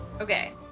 Okay